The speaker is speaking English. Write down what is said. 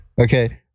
Okay